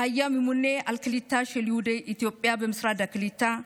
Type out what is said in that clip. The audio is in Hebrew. שהיה ממונה על הקליטה של יהודי אתיופיה במשרד הקליטה,